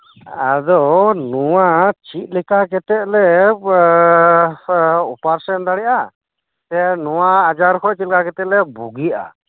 ᱟᱫᱚ ᱱᱚᱣᱟ ᱪᱮᱜ ᱞᱮᱠᱟ ᱠᱟᱛᱮᱜ ᱞᱮ ᱚᱯᱟᱨᱮᱥᱮᱱ ᱫᱟᱲᱮᱭᱟᱜᱼᱟ ᱥᱮ ᱱᱚᱣᱟ ᱟᱡᱟᱨ ᱠᱷᱚᱡ ᱪᱮᱜ ᱞᱮᱠᱟ ᱠᱟᱛᱮᱜ ᱞᱮ ᱵᱩᱜᱤᱜᱼᱟ